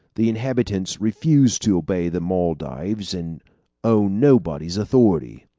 the inhabitants refuse to obey the moldaves and own nobody's authority.